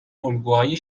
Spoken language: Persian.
الگوهای